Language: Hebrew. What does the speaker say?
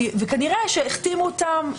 וכנראה שהחתימו אותם.